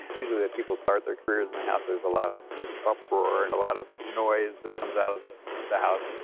usually, they have people start their careers in the house. there's a lot of uproar and a lot of noise that comes out of ah the house.